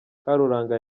karuranga